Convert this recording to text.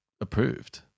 approved